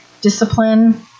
discipline